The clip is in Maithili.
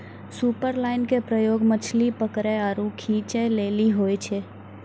सुपरलाइन के प्रयोग मछली पकरै आरु खींचै लेली होय छै